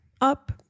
up